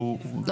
המידע.